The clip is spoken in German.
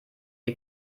ihr